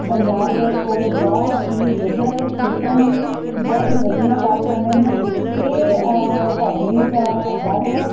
ਪੰਜਾਬ ਦੇ ਕੋਲ ਬਹੁਤ ਹੀ ਵਧੀਆ ਸ਼ਖਸੀਅਤਾਂ ਨੇ ਬਹੁਤ ਹੀ ਵਧੀਆ ਕਾਰਖਾਨੇ ਨੇ ਇਹ ਹੌਜਰੀ ਦਾ ਗੜ੍ਹ ਹੈ